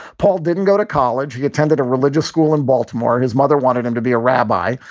paul didn't go to college. he attended a religious school in baltimore. his mother wanted him to be a rabbi.